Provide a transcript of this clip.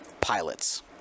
pilots